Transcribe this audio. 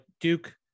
Duke